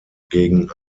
gegen